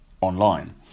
online